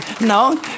no